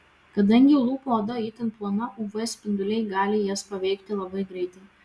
kadangi lūpų oda itin plona uv spinduliai gali jas paveikti labai greitai